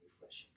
refreshing